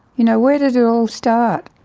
you know where did it all start?